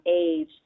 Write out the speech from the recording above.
age